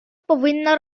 повинна